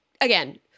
again